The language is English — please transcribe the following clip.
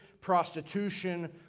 prostitution